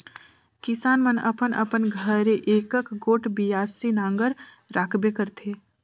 किसान मन अपन अपन घरे एकक गोट बियासी नांगर राखबे करथे